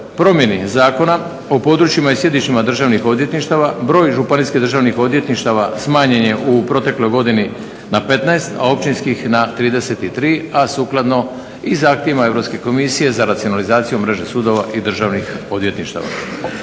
promjeni Zakona o područjima i sjedištima državnih odvjetništava broj županijskih državnih odvjetništava smanjen je u protekloj godini na 15, a općinskih na 33, a sukladno i zahtjevima Europske komisije za racionalizaciju mreže sudova i državnih odvjetništava.